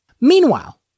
Meanwhile